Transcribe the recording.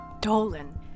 Dolan